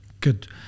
Good